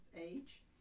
age